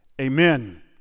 Amen